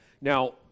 Now